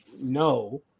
no